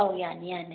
ꯑꯧ ꯌꯥꯅꯤ ꯌꯥꯅꯤ